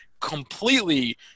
Completely